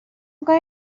میکنم